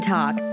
Talk